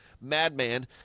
madman